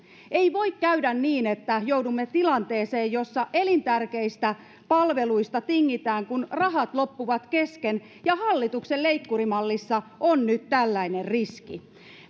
ei voi käydä niin että joudumme tilanteeseen jossa elintärkeistä palveluista tingitään kun rahat loppuvat kesken ja hallituksen leikkurimallissa on nyt tällainen riski